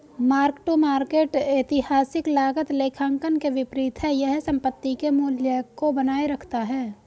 mark to market ऐतिहासिक लागत लेखांकन के विपरीत है यह संपत्ति के मूल्य को बनाए रखता है